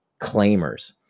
claimers